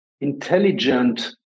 intelligent